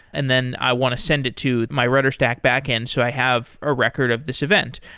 and then i want to send it to my rudderstack backend so i have a record of this event.